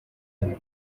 imwe